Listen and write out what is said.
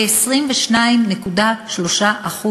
ל-22.3%,